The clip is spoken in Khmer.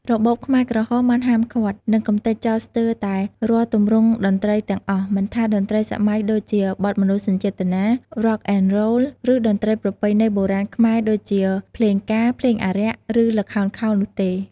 របបខ្មែរក្រហមបានហាមឃាត់ និងកម្ទេចចោលស្ទើរតែរាល់ទម្រង់តន្ត្រីទាំងអស់ មិនថាតន្ត្រីសម័យដូចជាបទមនោសញ្ចេតនា រ៉ុកអែនរ៉ូល ឬតន្ត្រីប្រពៃណីបុរាណខ្មែរដូចជាភ្លេងការ ភ្លេងអារក្ស ឬល្ខោនខោលនោះទេ។